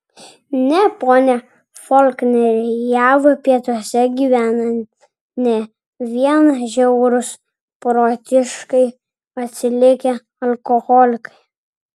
ne pone folkneri jav pietuose gyvena ne vien žiaurūs protiškai atsilikę alkoholikai